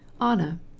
Anna